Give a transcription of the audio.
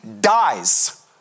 dies